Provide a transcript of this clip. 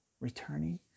returning